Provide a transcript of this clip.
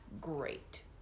great